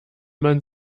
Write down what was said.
man